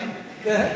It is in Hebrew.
כן.